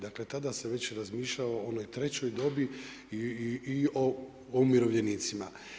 Dakle, tada se već razmišljalo o onoj trećoj dobi i o umirovljenicima.